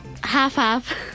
half-half